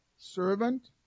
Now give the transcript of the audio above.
Servant